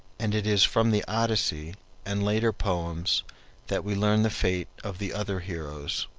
and it is from the odyssey and later poems that we learn the fate of the other heroes.